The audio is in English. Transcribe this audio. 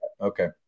okay